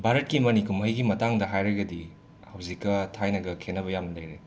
ꯚꯥꯔꯠꯀꯤ ꯃꯃꯤ ꯀꯨꯝꯍꯩꯒꯤ ꯃꯇꯥꯡꯗ ꯍꯥꯏꯔꯒꯗꯤ ꯍꯧꯖꯤꯛꯀ ꯊꯥꯏꯅꯒ ꯈꯦꯠꯅꯕ ꯌꯥꯝꯅ ꯂꯩꯔꯦ